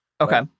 okay